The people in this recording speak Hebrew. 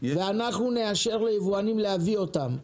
ואנחנו נאשר ליבואנים להביא אותם,